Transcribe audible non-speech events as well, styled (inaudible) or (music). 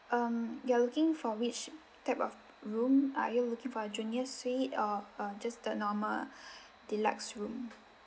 um you're looking for which type of room are you looking for a junior suite or uh just the normal (breath) deluxe room